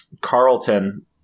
Carlton